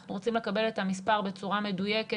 אנחנו רוצים לקבל את המספר בצורה מדויקת